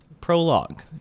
Prologue